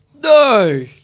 No